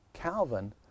Calvin